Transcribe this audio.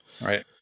right